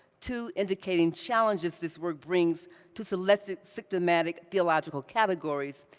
two, indicating challenges this work brings to selected systematic theological categories,